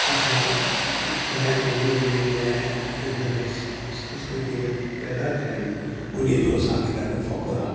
असां जंहिं ॿोलीअ में जंहिं हिनमें स संस्कृतिअ में पैदा थिया आहियूं उन्हीअ जो असांखे ॾाढो फ़कुरु आहे